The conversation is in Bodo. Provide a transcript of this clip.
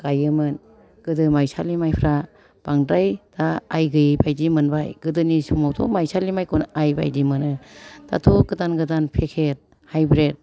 गायोमोन गोदो माइसालिमाइफ्रा बांद्राय दा आइ गैयैबायदि मोनबाय गोदोनि समावथ' माइसालि माइखौनो आइ बादि मोनो दाथ' गोदान गोदान पेकेट हाइब्रेड